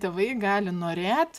tėvai gali norėt